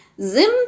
Zim